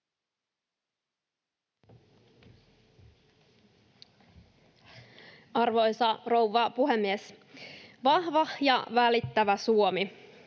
Arvoisa rouva puhemies! Vahva ja välittävä Suomi